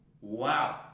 Wow